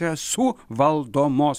yra suvaldomos